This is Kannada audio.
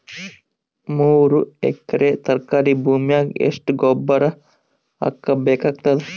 ಮೂರು ಎಕರಿ ತರಕಾರಿ ಭೂಮಿಗ ಎಷ್ಟ ಗೊಬ್ಬರ ಹಾಕ್ ಬೇಕಾಗತದ?